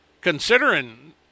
considering